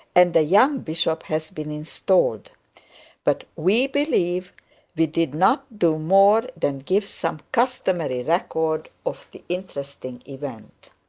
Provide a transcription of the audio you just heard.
and a young bishop has been installed but we believe we did not do more than give some customary record of the interesting event.